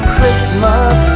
Christmas